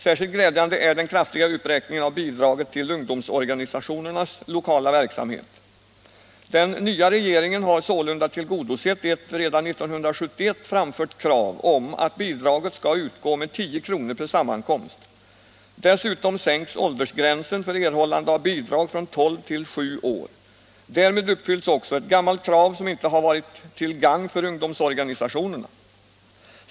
Särskilt glädjande är den kraftiga uppräkningen av bidraget till ungdomsorganisationernas lokala verksamhet. Den nya regeringen har sålunda tillgodosett ett redan 1971 framfört krav om att bidraget skall utgå med 10 kr. per sammankomst. Dessutom sänks åldersgränsen för erhållande av bidrag från 12 till 7 år. Därmed uppfylls också ett gammalt krav som inte har varit till gagn för ungdomsorganisationerna.